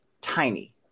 tiny